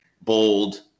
bold